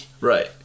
right